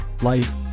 life